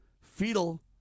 fetal